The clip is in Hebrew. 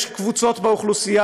יש קבוצות באוכלוסייה,